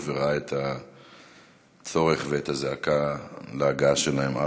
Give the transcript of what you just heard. וראה את הצורך ואת הזעקה להגעה שלהם ארצה.